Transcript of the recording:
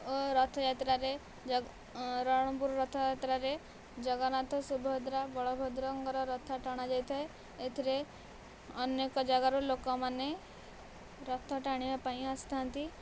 ଓ ରଥଯାତ୍ରାରେ ରଣପୁର ରଥଯାତ୍ରାରେ ଜଗନ୍ନାଥ ସୁଭଦ୍ରା ବଳଭଦ୍ରଙ୍କର ରଥଟଣା ଯାଇଥାଏ ଏଥିରେ ଅନେକ ଯାଗାରୁ ଲୋକମାନେ ରଥ ଟାଣିବା ପାଇଁ ଆସିଥାନ୍ତି